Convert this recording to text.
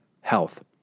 health